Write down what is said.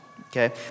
okay